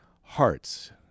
hearts